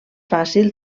fàcil